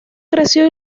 creció